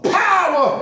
power